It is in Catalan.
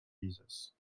grises